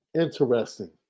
interesting